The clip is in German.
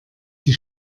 die